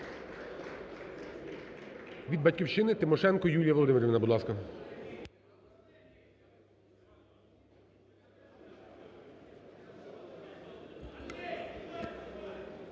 Від "Батьківщини" Тимошенко Юлія Володимирівна, будь ласка.